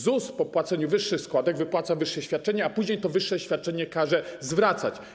ZUS po wpłaceniu wyższych składek wypłaca wyższe świadczenie, a później to wyższe świadczenie każe zwracać.